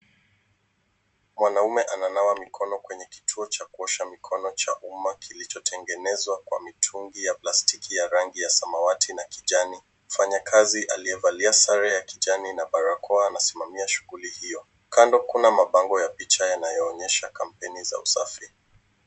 Mwanaume ananawa mikono kwenye kituo cha kuosha mikono cha umma kilichotengenezwa kwa mitungi ya plastiki ya rangi ya samawati na kijani. Mfanyakazi aliyevalia sare ya kijani na barakoa anasimamia shughuli hiyo kando, kuna mabango ya picha yanayoonyesha kampeni za usafi.